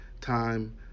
time